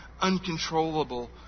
uncontrollable